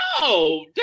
no